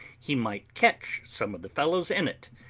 he might catch some of the fellows in it.